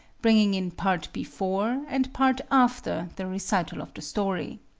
bringing in part before and part after the recital of the story.